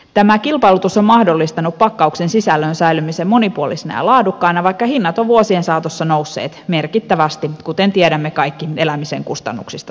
tämä kilpailutus on mahdollistanut pakkauksen sisällön säilymisen monipuolisena ja laadukkaana vaikka hinnat ovat vuosien saatossa nousseet merkittävästi kuten tiedämme kaikki elämisen kustannuksista suomessa